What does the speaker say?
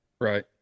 Right